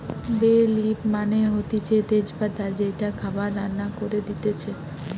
বে লিফ মানে হতিছে তেজ পাতা যেইটা খাবার রান্না করে দিতেছে